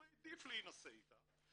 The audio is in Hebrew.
הוא העדיף להינשא איתה,